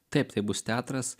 taip tai bus teatras